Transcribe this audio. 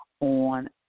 on